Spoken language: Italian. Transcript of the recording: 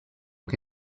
che